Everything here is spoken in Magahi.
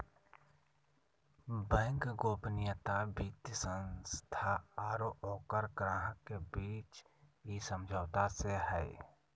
बैंक गोपनीयता वित्तीय संस्था आरो ओकर ग्राहक के बीच इ समझौता से हइ